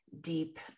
deep